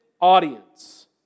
audience